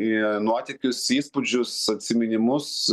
į nuotykius įspūdžius atsiminimus